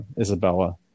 isabella